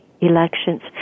elections